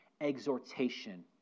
exhortation